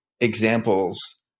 examples